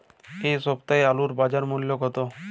এ সপ্তাহের আলুর বাজার মূল্য কত?